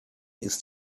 ist